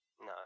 No